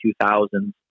2000s